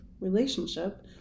relationship